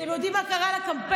אתם יודעים מה קרה לקמפיין?